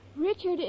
Richard